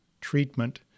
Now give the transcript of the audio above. treatment